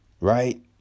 right